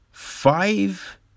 Five